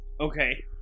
Okay